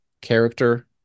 character